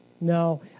No